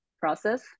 process